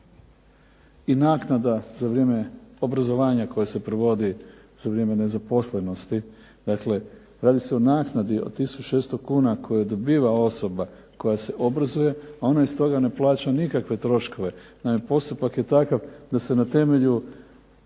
i naknada za vrijeme obrazovanja koje se provodi za vrijeme nezaposlenosti. Dakle, radi se o naknadi od tisuću 600 kuna koja dobiva osoba koja se obrazuje, a ona iz toga ne plaća nikakve troškove. Naime, postupak je takav da se na temelju